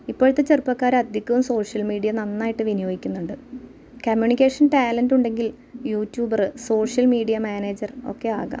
ഇപ്പോഴത്തെ ചെറുപ്പക്കാരധികവും social media നന്നായിട്ട് വിനിയോഗിക്കുന്നുണ്ട് കമ്മ്യൂണിക്കേഷന് ടാലെൻടുണ്ടെങ്കില് യുറ്റ്യൂബറ് സോഷ്യല് മീഡിയാ മാനേജര് ഒക്കെ ആകാം